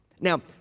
Now